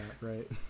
right